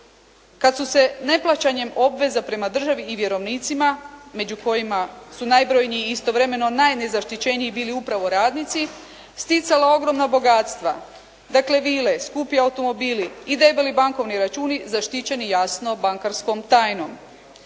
kad su se neplaćanjem obveza prema državi i vjerovnicima među kojima su najbrojniji i istovremeno najnezaštičeniji bili upravo radnici sticala ogromna bogatstva. Dakle, vile, skupi automobili i debeli bankovni računi zaštićeni jasno bankarskom tajnom.